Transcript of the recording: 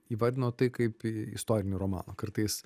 įvardinot tai kaip istorinį romaną kartais